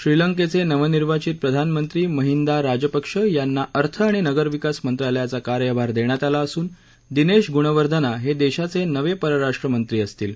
श्रीलंकेचे नवनिर्वाचित प्रधानमंत्री महिंदा राजपक्ष यांना अर्थ आणि नगरविकास मंत्रालयाचा कार्यभार देण्यात आला असून दिनेश गुणवर्धना हे देशाचे नवे परराष्ट्र मंत्री असतील